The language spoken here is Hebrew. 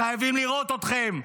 חייבים לראות אתכם.